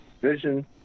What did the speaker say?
vision